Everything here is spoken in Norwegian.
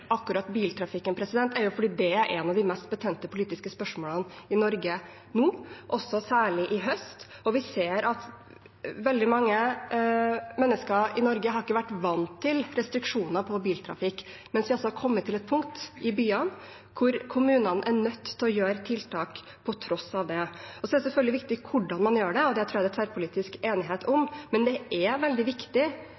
akkurat biltrafikken, er jo fordi dette er en av de mest betente politiske spørsmålene i Norge nå, særlig i høst. Vi ser at veldig mange mennesker i Norge ikke har vært vant til restriksjoner på biltrafikk, mens vi altså har kommet til et punkt i byene hvor kommunene er nødt til å gjøre tiltak på tross av det. Så er det selvfølgelig viktig hvordan man gjør det, og det tror jeg det er tverrpolitisk enighet om,